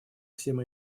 всем